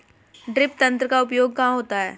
Drip तंत्र का उपयोग कहाँ होता है?